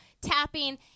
tapping